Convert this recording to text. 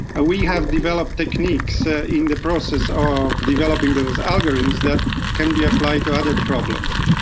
ah we have developed techniques in the process of developing those algorithms that can be applied to other problems.